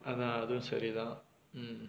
!hanna! don't shout it out mm